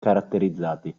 caratterizzati